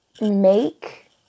make